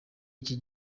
iki